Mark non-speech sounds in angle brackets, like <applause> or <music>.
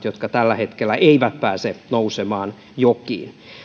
<unintelligible> jotka tällä hetkellä eivät pääse nousemaan jokiin